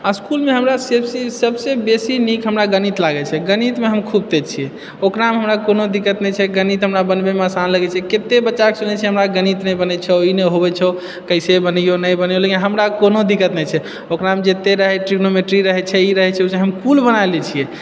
आ इसकुलमे हमरा सेबसँ सभसँ बेसी नीक हमरा गणित लागैत छै गणितमे हम खूब तेज छियै ओकरामे हमरा कोनो दिक्कत नहि छै गणित हमरा बनबैमे असान लगैत छै कते बच्चाकेँ सुनै छियै हमरा गणित नहि बनैत छौ ई नहि होबैत छौ कैसे बनैयौ नहि बनैयौ लेकिन हमरा कोनो दिक्कत नहि छै ओकरामे जते रहै ट्रिग्नोमेट्री रहै छै ई रहै छै ओ हम खुद बनाए लए छियै